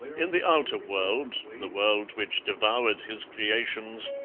in the outer world, the world which devoured his creations,